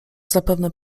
zapewne